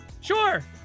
Sure